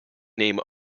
name